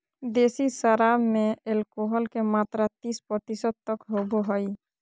देसी शराब में एल्कोहल के मात्रा तीस प्रतिशत तक होबो हइ